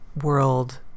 world